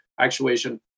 actuation